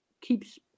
keeps